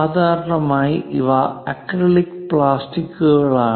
സാധാരണയായി ഇവ അക്രിലിക് പ്ലാസ്റ്റിക്കുകളാണ്